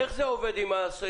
איך זה עובד עם היבואנים?